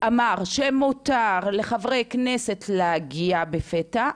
אמר שמותר לחברי כנסת להגיע בפתע,